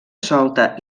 solta